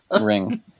ring